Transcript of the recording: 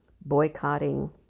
boycotting